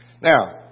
Now